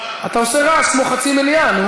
אתה עושה רעש כמו חצי מליאה.